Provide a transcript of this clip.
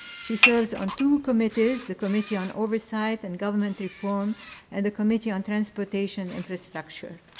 she serves on two committees, the committee on oversight and government reform and the committee on transportation infrastructure.